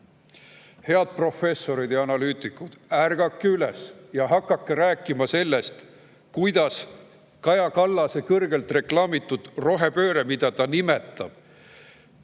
Head professorid ja analüütikud, ärgake üles ja hakake rääkima sellest, kuidas Kaja Kallase kõrgelt reklaamitud rohepööre, mida ta nimetab